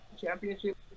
championship